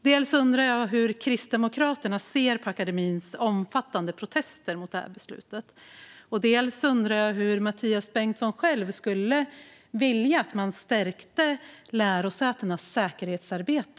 Dels undrar jag hur Kristdemokraterna ser på akademins omfattande protester mot beslutet, dels undrar jag hur Mathias Bengtsson själv skulle vilja att man stärkte lärosätenas säkerhetsarbete.